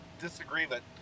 disagreement